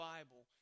Bible